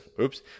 oops